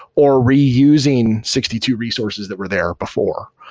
or reusing sixty two resources that were there before.